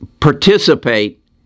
participate